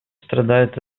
страдает